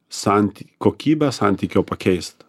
santy kokybės santykio pakeist